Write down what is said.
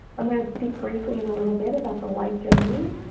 i'm going to speak briefly in a little bit about the life domain.